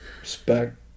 Respect